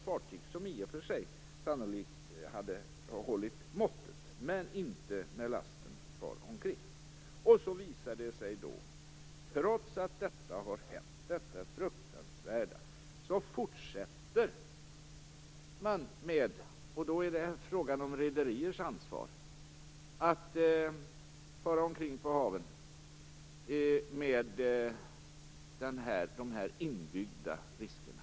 Fartyget hade i och för sig sannolikt hållit måttet, men inte när lasten far omkring. Sedan visar det sig att man trots att detta fruktansvärda har hänt - och nu är det fråga om rederiers ansvar - fortsätter att fara omkring på haven med de här inbyggda riskerna.